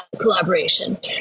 collaboration